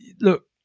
look